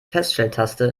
feststelltaste